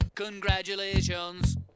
Congratulations